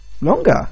Longer